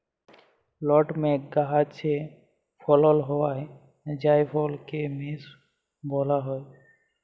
nutmeg গাহাচে ফলল হউয়া জাইফলকে মেস ব্যলা হ্যয়